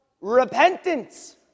repentance